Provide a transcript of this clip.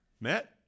Matt